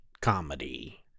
comedy